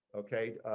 okay.